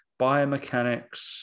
biomechanics